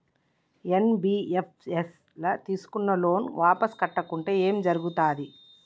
NBFS ల తీస్కున్న loan వాపస్ కట్టకుంటే ఏం జర్గుతది?